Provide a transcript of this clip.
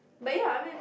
but ya I mean